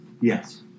Yes